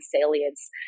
salience